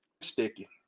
sticky